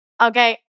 Okay